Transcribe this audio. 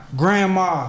grandma